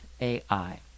AI